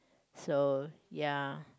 so ya